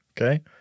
okay